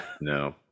No